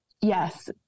Yes